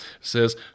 says